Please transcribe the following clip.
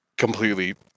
completely